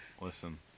listen